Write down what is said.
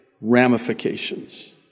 ramifications